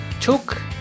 took